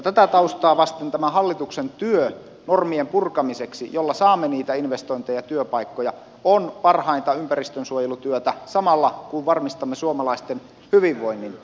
tätä taustaa vasten tämä hallituksen työ normien purkamiseksi jolla saamme niitä investointeja ja työpaikkoja on parhainta ympäristönsuojelutyötä samalla kun varmistamme suomalaisten hyvinvoinnin